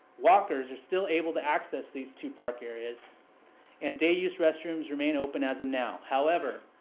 walkers are still able to access these two park areas and day-use restrooms remain open as of now. however,